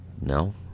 No